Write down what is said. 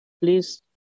please